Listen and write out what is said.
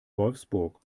wolfsburg